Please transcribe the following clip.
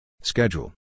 Schedule